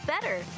better